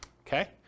Okay